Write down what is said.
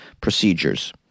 procedures